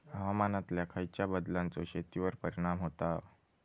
हवामानातल्या खयच्या बदलांचो शेतीवर परिणाम होता?